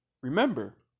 remember